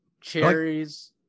cherries